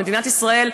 ומדינת ישראל,